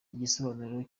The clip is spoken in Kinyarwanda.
igisobanuro